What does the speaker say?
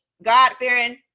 God-fearing